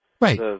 Right